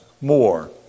more